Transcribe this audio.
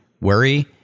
worry